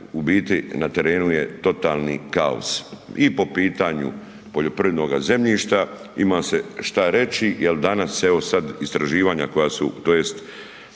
u biti na terenu je totalni kaos i po pitanju poljoprivrednoga zemljišta, ima se šta reći jer danas se evo sad istraživanja koja su tj.